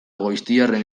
goiztiarren